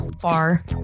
far